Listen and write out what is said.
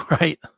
Right